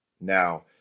Now